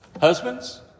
Husbands